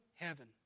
Heaven